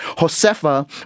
Josefa